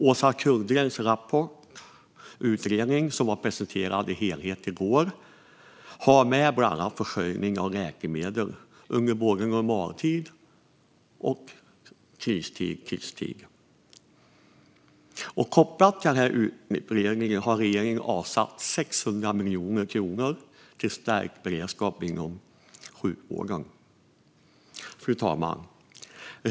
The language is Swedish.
Åsa Kullgrens utredning, som presenterades i sin helhet i går, tar bland annat upp läkemedelsförsörjningen under både normaltid och kristid. Kopplat till utredningen har regeringen avsatt 600 miljoner kronor till stärkt beredskap inom sjukvården.